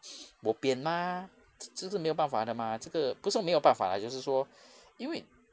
bo pian mah 就就是没有办法的 mah 这个不选没有办法 lah 就是说因为